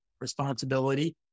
responsibility